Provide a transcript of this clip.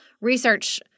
research